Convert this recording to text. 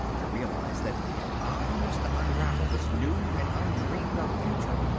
i realised that if i was to unravel this new and undreamed-of future,